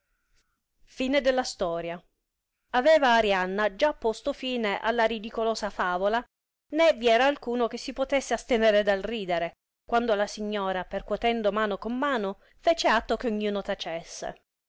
veduto aveva arianna già posto fine aua ridicolosa favola né vi era alcuno che si potesse astenere dal ridere quando la signora percuotendo mano con mano fece atto che ogniuno tacesse